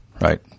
Right